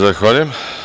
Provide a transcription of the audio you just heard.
Zahvaljujem.